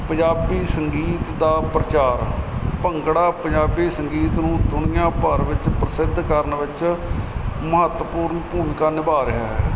ਪੰਜਾਬੀ ਸੰਗੀਤ ਦਾ ਪ੍ਰਚਾਰ ਭੰਗੜਾ ਪੰਜਾਬੀ ਸੰਗੀਤ ਨੂੰ ਦੁਨੀਆਂ ਭਰ ਵਿੱਚ ਪ੍ਰਸਿੱਧ ਕਰਨ ਵਿਚ ਮਹੱਤਵਪੂਰਨ ਭੂਮਿਕਾ ਨਿਭਾ ਰਿਹਾ ਹੈ